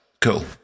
Cool